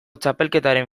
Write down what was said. txapelketaren